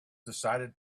decided